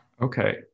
Okay